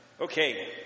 Okay